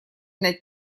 над